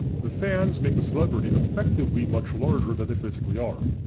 the fans make the celebrity effectively much larger than they physically are.